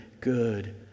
good